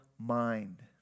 mind